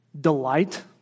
delight